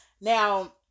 Now